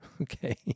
Okay